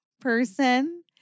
person